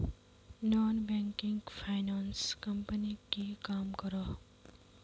Non banking finance company की काम करोहो?